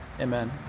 Amen